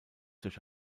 durch